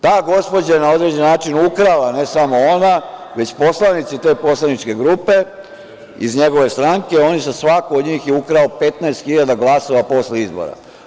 Ta gospođa na određen način ukrala, ne samo ona, već poslanici te poslaničke grupe iz njegove stranke, svako od njih je ukrao 15 hiljada glasova posle izbora.